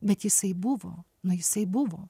bet jisai buvo nu jisai buvo